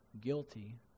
guilty